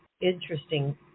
interesting